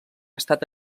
estat